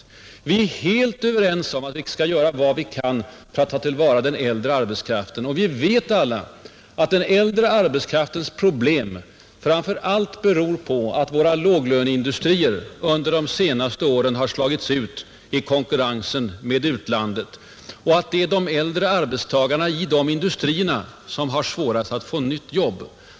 Vi är helt överens om att vi skall göra vad vi kan för att ta till vara den äldre arbetskraften. Vi vet alla att den äldre arbetskraftens problem framför allt beror på att våra låglöneindustrier under de senaste åren har slagits ut i konkurrensen med utlandet och att det är de äldre arbetstagarna i de industrierna som har svårast att få nytt jobb.